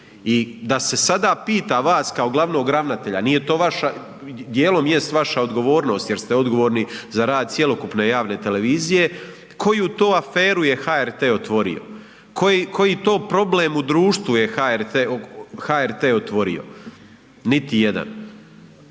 I da se sada pita vas kao glavnog ravnatelje, nije to vaša, dijelom jest vaša odgovornost jer ste odgovorni za rad cjelokupne javne televizije, koju to aferu je HRT otvorio, koji to problem u društvu je HRT otvorio? Niti jedan.